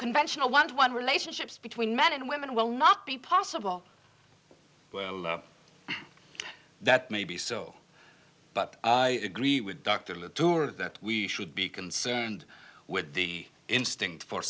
conventional one one relationships between men and women will not be possible that maybe so but i agree with dr latour that we should be concerned with the instinct for